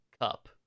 cup